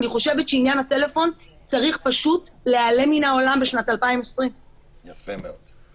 אני חושבת שעניין הטלפון צריך להיעלם מן העולם בשנת 2020. יפה מאוד.